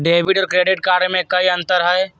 Debit और credit card में कई अंतर हई?